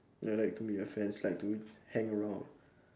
ya I like to meet my friends like to hang around